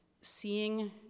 seeing